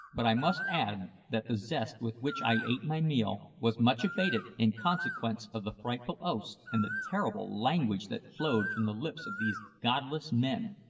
but i must add that the zest with which i ate my meal was much abated in consequence of the frightful oaths and the terrible language that flowed from the lips of these godless men,